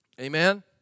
Amen